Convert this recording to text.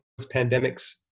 pandemics